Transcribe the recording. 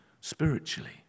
spiritually